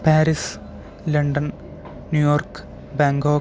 Paris London New York Bangkok